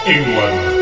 England